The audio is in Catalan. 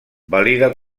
valida